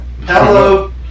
Hello